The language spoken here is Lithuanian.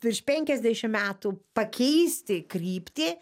virš penkiasdešimt metų pakeisti kryptį